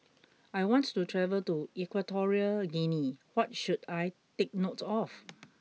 I want to travel to Equatorial Guinea what should I take note of